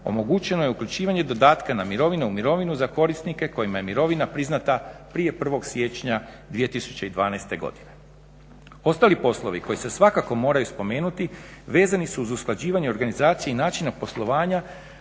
omogućeno je uključivanje dodatka na mirovine u mirovinu za korisnike kojima je mirovina priznata prije 01. siječnja 2012. godine. Ostali poslovi koji se svakako moraju spomenuti vezani su uz usklađivanje u organizaciji i načina poslovanja